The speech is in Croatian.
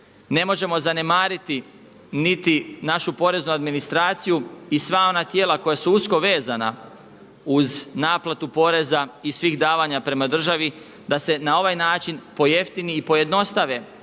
Ne možemo zanemariti niti našu poreznu administraciju i sva ona tijela koja su usko vezana uz naplatu poreza i svih davanja prema državi da se na ovaj način pojeftine i pojednostave